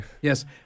Yes